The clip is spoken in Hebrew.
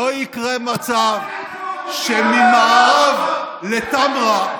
לא יקרה מצב שממערב לטמרה,